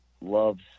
loves